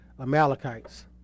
Amalekites